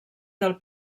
del